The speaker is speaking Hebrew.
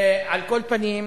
על כל פנים,